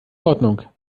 ordnung